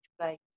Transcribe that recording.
place